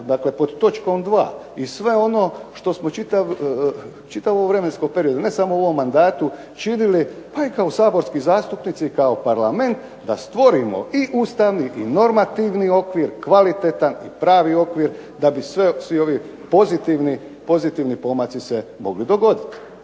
dakle pod točkom 2., i sve ono što smo čitavo ovo vremensko periodu, ne samo u ovom mandatu činili pa i kao saborski zastupnici i kao Parlament da stvorimo i ustavni i normativni okvir, kvalitetan i pravi okvir, da bi svi ovi pozitivni pomaci se mogli dogoditi.